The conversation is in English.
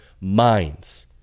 minds